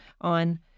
On